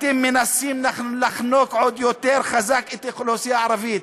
אתם מנסים לחנוק עוד יותר חזק את האוכלוסייה הערבית.